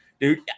Dude